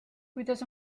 kuidas